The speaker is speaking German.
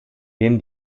dem